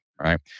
right